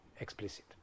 explicit